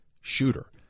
shooter